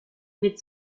mit